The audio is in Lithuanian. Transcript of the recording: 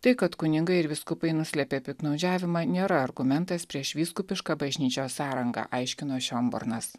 tai kad kunigai ir vyskupai nuslėpė piktnaudžiavimą nėra argumentas prieš vyskupiška bažnyčios sąrangą aiškino šionbornas